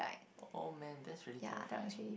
oh man that's really terrifying